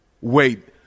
wait